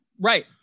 right